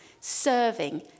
serving